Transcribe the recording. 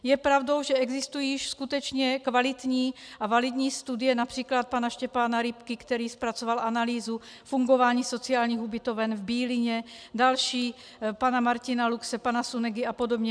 Je pravdou, že existují již skutečně kvalitní a validní studie, například pan Štěpána Ripky, který zpracoval Analýzu fungování sociálních ubytoven v Bílině, další pana Martina Luxe, pana Sunegy a podobně.